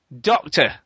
Doctor